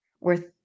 worth